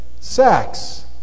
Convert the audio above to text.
Sex